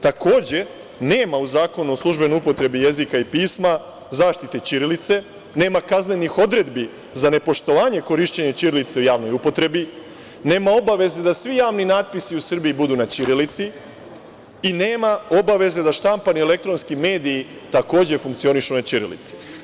Takođe, nema u Zakonu o službenoj upotrebi jezika i pisma zaštite ćirilice, nema kaznenih odredbi za nepoštovanje korišćenja ćirilice u javnoj upotrebi, nema obaveze da svi javni natpisi u Srbiji budu na ćirilici i nema obaveze da štampani i elektronski mediji, takođe, funkcionišu na ćirilici.